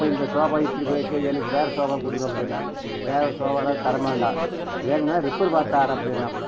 இப்போ இந்த சோபா இப்படி போயிடுச்சி எனக்கு வேறு சோபா கொடுங்க அப்படின்ன வேறு சோபாலான் தர மாட்டோம் வேணும்னா ரிப்பர் பார்த்து தாறோம் அப்படின்னாப்புல